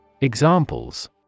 Examples